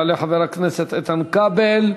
יעלה חבר הכנסת איתן כבל,